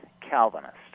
Calvinist